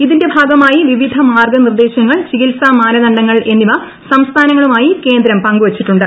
ഇതിന്റെ ഭാഗമായി വിവിധ മാർഗ്ഗ നിർദ്ദേശങ്ങൾ ചികിത്സാ മാനദണ്ഡങ്ങൾ എന്നിവ സംസ്ഥാനങ്ങളുമായി കേന്ദ്രം പങ്കു വച്ചിട്ടുണ്ട്